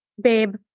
babe